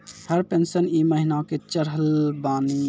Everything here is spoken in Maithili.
हमर पेंशन ई महीने के चढ़लऽ बानी?